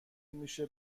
میشه